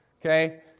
okay